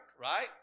right